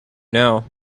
now